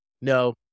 No